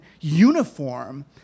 uniform